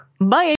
bye